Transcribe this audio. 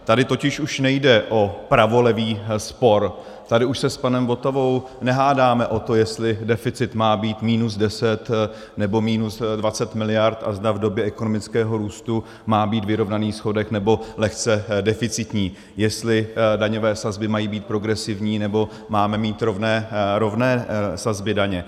Tady totiž už nejde o pravolevý spor, tady už se s panem Votavou nehádáme o to, jestli deficit má být minus 10, nebo minus 20 miliard a zda v době ekonomického růstu má být vyrovnaný schodek, nebo lehce deficitní, jestli daňové sazby mají být progresivní, nebo máme mít rovné sazby daně.